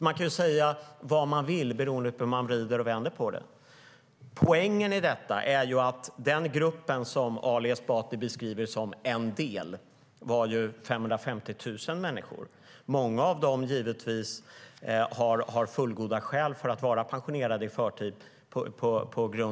Man kan säga vad man vill beroende på hur man vänder och vrider på det. Poängen i detta är att den grupp som Ali Esbati beskriver som "en del" omfattade 550 000 människor. Många av dem har givetvis fullgoda skäl att vara pensionerade i förtid.